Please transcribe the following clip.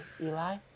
Eli